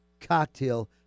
cocktail